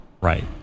Right